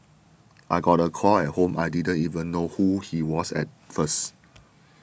I got a call at home I didn't even know who he was at first